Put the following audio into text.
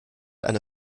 eine